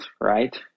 right